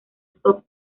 soft